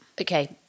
Okay